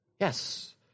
Yes